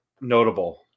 notable